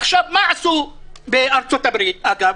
אגב,